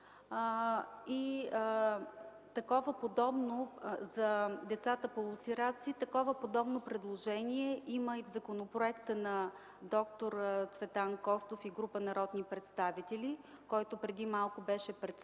и такова подобно за децата полусираци. Такова подобно предложение има и в законопроекта на д-р Цветан Костов и група народни представители, който беше представен